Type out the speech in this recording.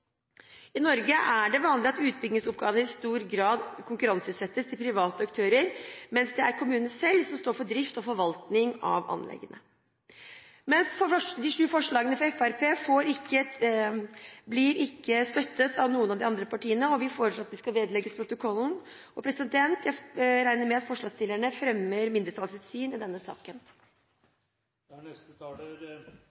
I Norge er det vanlig at utbyggingsoppgavene i stor grad konkurranseutsettes til private aktører, mens det er kommunen selv som står for drift og forvaltning av anleggene. De sju forslagene fra Fremskrittspartiet blir ikke støttet av noen av de andre partiene, og vi foreslår at de vedlegges protokollen. Jeg regner med at forslagsstillerne fremmer mindretallets syn i denne saken.